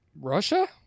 Russia